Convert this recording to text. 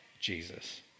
Jesus